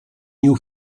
new